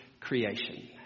creation